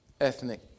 ethnic